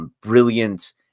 brilliant